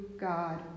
God